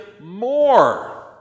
more